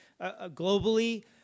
globally